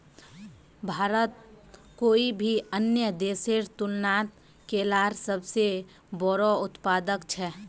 भारत कोई भी अन्य देशेर तुलनात केलार सबसे बोड़ो उत्पादक छे